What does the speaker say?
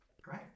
Great